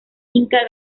inca